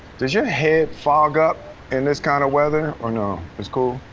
does your head fog up in this kind of weather or no? it's cool.